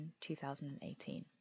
2018